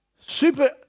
super